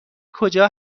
کجا